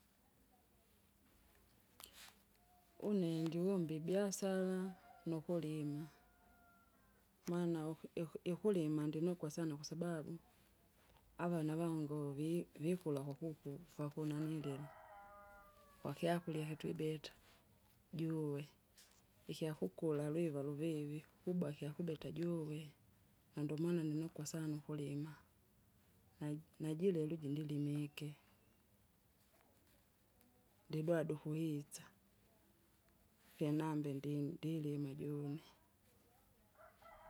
Une ndivomba ibiasara, nukulima. maana uku- iku- ikulima ninokwa sana kwasababu, vana vangu vi- vikula kwakuku kwakunalila, kwakyakurya iki twibeta, juwe, ikyakukura lwiva luvivi hubwa kyakueta juwe. Na ndomana ninokwa sana ukulima, naji- najile luji ndilimike. Ndidwadu ukuhitsa, kinambe ndi- ndilima june.